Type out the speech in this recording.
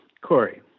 Corey